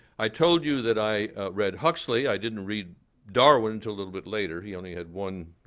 i told you that i read huxley. i didn't read darwin and till a little bit later. he only had one,